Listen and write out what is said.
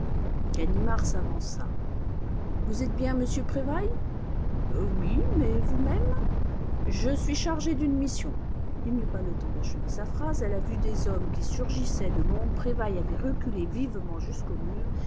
ganimard s'avança vous êtes bien monsieur prévailles oui mais vous-même je suis chargé d'une mission il n'eut pas le temps d'achever sa phrase à la vue des hommes qui surgissaient de l'ombre prévailles avait reculé vivement jusqu'au mur